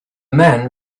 men